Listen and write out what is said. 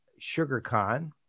SugarCon